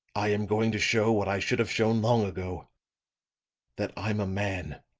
i am going to show what i should have shown long ago that i'm a man